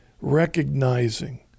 recognizing